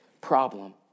problem